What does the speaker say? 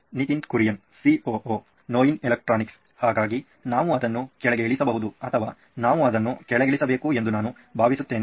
Nitin Kurian COO ನೋಯಿನ್ electronics ಹಾಗಾಗಿ ನಾವು ಅದನ್ನು ಕೆಳಗೆ ಇಳಿಸಬಹುದು ಅಥವಾ ನಾವು ಅದನ್ನು ಕೆಳಗಿಳಿಸಬೇಕು ಎಂದು ನಾನು ಭಾವಿಸುತ್ತೇನೆ